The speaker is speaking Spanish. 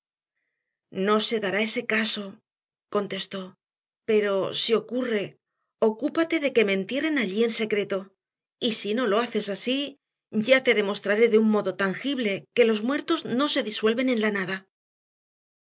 no se dará ese caso contestó pero si ocurre ocúpate de que me entierren allí en secreto y si no lo haces así ya te demostraré de un modo tangible que los muertos no se disuelven en la nada